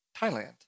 Thailand